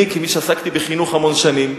אני, כמי שעסק בחינוך המון שנים,